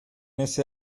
ese